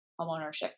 homeownership